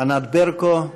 ענת ברקו.